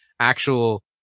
actual